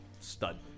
Stud